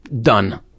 done